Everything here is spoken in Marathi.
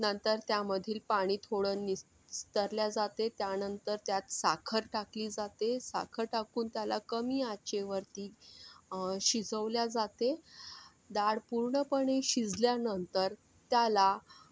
नंतर त्यामधील पाणी थोडं निस्तरल्या जाते त्यानंतर त्यात साखर टाकली जाते साखर टाकून त्याला कमी आचेवरती शिजवल्या जाते डाळ पूर्णपणे शिजल्यानंतर त्याला